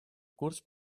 curs